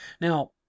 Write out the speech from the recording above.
Now